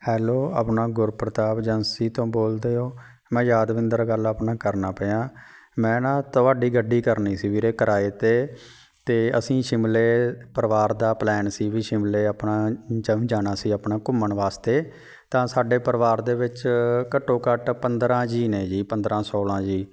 hello ਆਪਣਾ Gurpratap agency ਤੋਂ ਬੋਲਦੇ ਹੋ ਮੈਂ ਯਾਦਵਿੰਦਰ ਗੱਲ ਆਪਣਾ ਕਰਨਾ ਪਿਆ ਮੈਂ ਨਾ ਤੁਹਾਡੀ ਗੱਡੀ ਕਰਨੀ ਸੀ ਵੀਰੇ ਕਿਰਾਏ 'ਤੇ ਅਤੇ ਅਸੀਂ ਸ਼ਿਮਲੇ ਪਰਿਵਾਰ ਦਾ ਪਲੈਨ ਸੀ ਵੀ ਸ਼ਿਮਲੇ ਆਪਣਾ ਜਮ ਜਾਣਾ ਸੀ ਆਪਣਾ ਘੁੰਮਣ ਵਾਸਤੇ ਤਾਂ ਸਾਡੇ ਪਰਿਵਾਰ ਦੇ ਵਿੱਚ ਘੱਟੋ ਘੱਟ ਪੰਦਰ੍ਹਾਂ ਜੀਅ ਨੇ ਜੀ ਪੰਦਰ੍ਹਾਂ ਸੋਲ੍ਹਾਂ ਜੀਅ